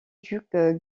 duc